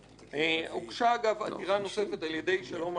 הוגשה עתירה נוספת על-ידי שלום עכשיו,